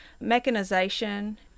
mechanization